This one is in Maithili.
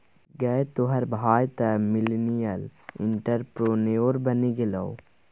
गै तोहर भाय तँ मिलेनियल एंटरप्रेन्योर बनि गेलौ